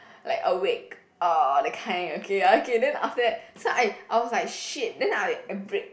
like awake uh that kind okay okay then after that so I I was like shit then I I brake